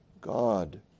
God